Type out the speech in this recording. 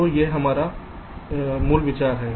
तो यह मूल विचार है